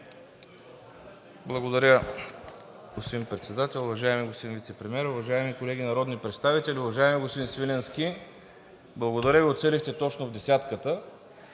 Благодаря, господин Председател. Уважаеми господин Вицепремиер, уважаеми колеги народни представители! Уважаеми господин Свиленски, благодаря Ви, уцелихте точно в десетката.